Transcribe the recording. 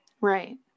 Right